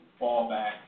fallback